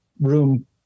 room